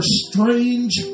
strange